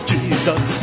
Jesus